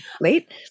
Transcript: Late